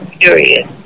period